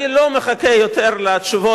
אני לא מחכה יותר לתשובות.